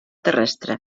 terrestre